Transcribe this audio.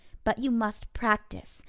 but you must practice,